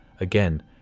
again